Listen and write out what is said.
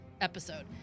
episode